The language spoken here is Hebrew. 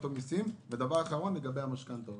ודבר אחרון לגבי המשכנתאות.